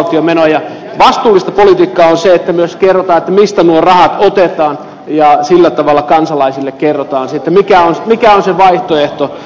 vastuullista politiikkaa on se että myös kerrotaan mistä nuo rahat otetaan ja sillä tavalla kansalaisille kerrotaan se mikä on se vaihtoehto